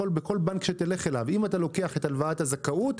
אם תלך לכל בנק ותיקח הלוואת זכאות,